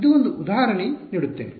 ಆದ್ದರಿಂದ ಇದು ಒಂದು ಉದಾಹರಣೆ ನೀಡುತ್ತೇನೆ